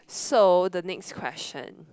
so the next question